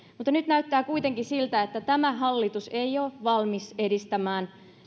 mutta nyt näyttää kuitenkin siltä että tämä hallitus ei ole valmis edistämään